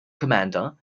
commander